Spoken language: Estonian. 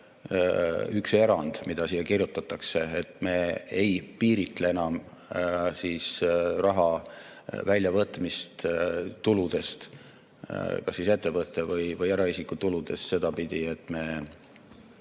üks erand, mida siia kirjutatakse, et me ei piiritle enam raha väljavõtmist tuludest, kas ettevõtte või eraisiku tuludest sedapidi, et me